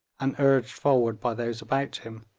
and urged forward by those about him,